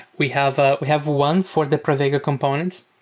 we have ah have one for the pravega components,